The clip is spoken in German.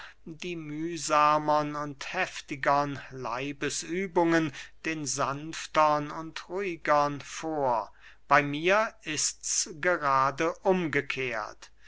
die mühsamern und heftigern leibesübungen den sanftern und ruhigern vor bey mir ists gerade umgekehrt